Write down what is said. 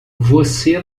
você